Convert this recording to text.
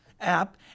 app